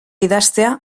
idaztea